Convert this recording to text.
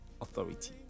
authority